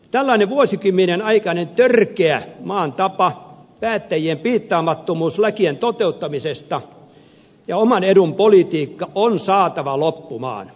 tällainen vuosikymmenien aikainen törkeä maan tapa päättäjien piittaamattomuus lakien toteuttamisesta ja oman edun politiikka on saatava loppumaan